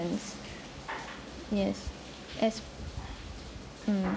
yes as mm